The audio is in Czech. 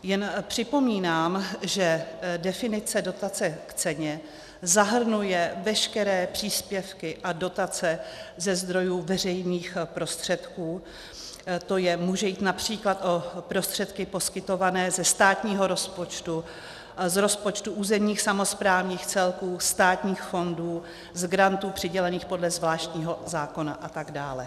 Jen připomínám, že definice dotace k ceně zahrnuje veškeré příspěvky a dotace ze zdrojů veřejných prostředků, tj. může jít například o prostředky poskytované ze státního rozpočtu, z rozpočtu územních samosprávných celků, státních fondů, z grantů přidělených podle zvláštního zákona atd.